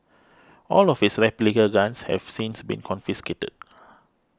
all of his replica guns have since been confiscated